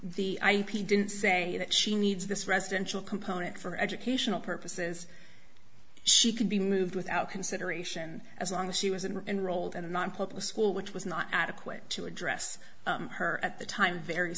the ip didn't say that she needs this residential component for educational purposes she could be moved without consideration as long as she was an enrolled in a nonpolitical school which was not adequate to address her at the time very